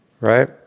Right